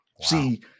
See